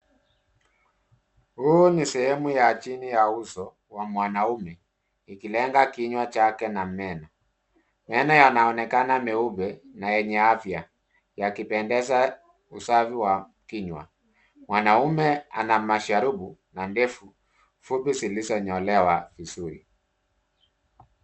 Huu ni sehemu ya chini ya uso wa mwanaume ikilenga kinywa chake na meno. Meno yanaonekana meupe na yenye afya yakipendeza usafi wa kinywa. Mwanaume ana masharubu na ndevu fupi zilizonyolewa vizuri.